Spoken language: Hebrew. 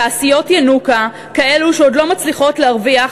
תעשיות ינוקא כאלה שעוד לא מצליחות להרוויח,